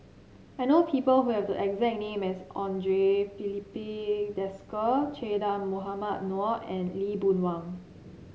I know people who have the exact name as Andre Filipe Desker Che Dah Mohamed Noor and Lee Boon Wang